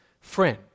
friend